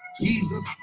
Jesus